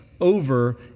over